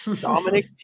Dominic